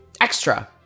Extra